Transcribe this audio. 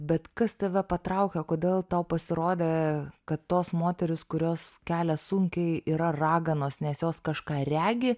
bet kas tave patraukė kodėl tau pasirodė kad tos moterys kurios kelia sunkiai yra raganos nes jos kažką regi